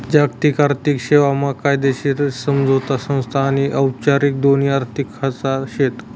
जागतिक आर्थिक सेवा मा कायदेशीर समझोता संस्था आनी औपचारिक दोन्ही आर्थिक खाचा शेत